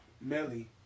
Melly